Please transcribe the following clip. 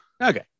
Okay